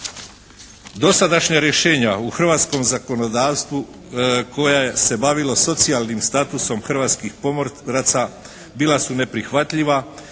Dosadašnja rješenja u hrvatskom zakonodavstvu koje se bavilo socijalnim statusom hrvatskih pomoraca bila su neprihvatljiva